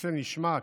הכיסא נשמט,